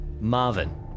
Marvin